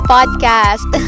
Podcast